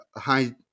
high